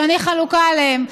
שאני חלוקה עליהם.